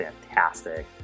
fantastic